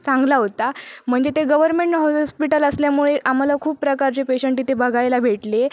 चांगला होता म्हणजे ते गव्हर्मेंट हॉस्पिटल असल्यामुळे आम्हाला खूप प्रकारचे पेशन्ट तिथे बघायला भेटले